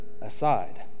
aside